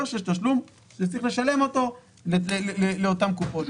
של תשלום שצריך לשלם אותו לאותן קופות.